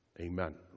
Amen